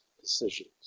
decisions